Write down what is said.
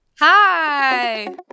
Hi